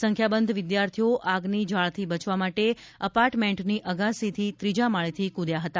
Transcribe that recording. સંખ્યા બંધ વિદ્યાર્થીઓ આગથી ઝાળથી બચવા માટે એપાર્ટમેન્ટથી અગાસી ત્રીજા માળેથી ક્રદયા હતા